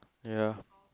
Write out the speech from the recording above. ya